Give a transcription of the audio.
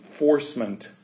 enforcement